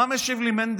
מה השיב לי מנדלבליט?